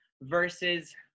Versus